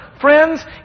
Friends